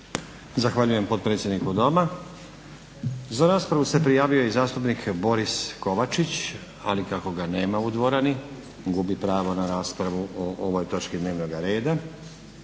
Zahvaljujem potpredsjedniku Doma. Za raspravu se prijavio i zastupnik Boris Kovačić, ali kako ga nema u dvorani gubi pravo na raspravu o ovoj točki dnevnoga reda.